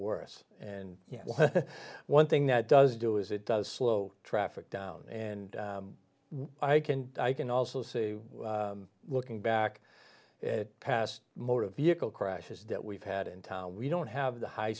worse and you know one thing that does do is it does slow traffic down and i can i can also see looking back past motor vehicle crashes that we've had in town we don't have the high